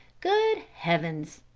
good heavens!